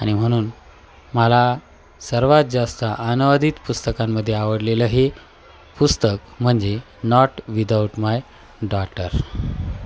आणि म्हणून मला सर्वात जास्त अनुवादित पुस्तकांमध्ये आवडलेलं हे पुस्तक म्हणजे नॉट विदाउट माय डॉटर